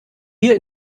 hier